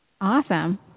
Awesome